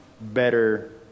better